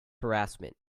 harassment